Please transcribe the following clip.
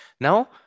Now